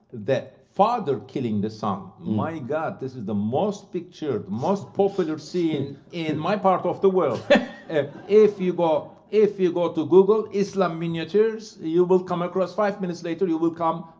the father killing the son, my god, this is the most pictured, most popular scene in my part of the world. op if you go, if you go to google islam miniatures, you will come across, five minutes later, you will come.